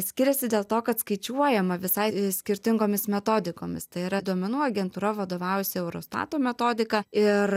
skiriasi dėl to kad skaičiuojama visai skirtingomis metodikomis tai yra duomenų agentūra vadovaujasi eurostato metodika ir